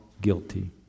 guilty